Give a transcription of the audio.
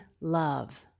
love